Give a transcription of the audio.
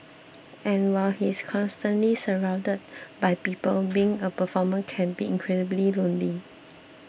and while he is constantly surrounded by people being a performer can be incredibly lonely